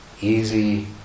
easy